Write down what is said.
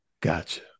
Gotcha